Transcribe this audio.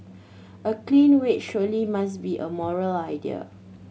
a clean wage surely must be a moral idea